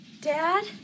Dad